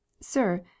Sir